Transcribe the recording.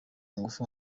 ngufu